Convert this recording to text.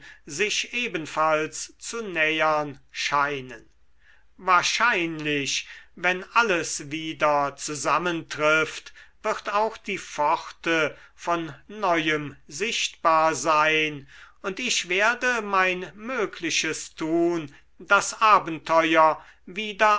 sich ebenfalls zu nähern scheinen wahrscheinlich wenn alles wieder zusammentrifft wird auch die pforte von neuem sichtbar sein und ich werde mein mögliches tun das abenteuer wieder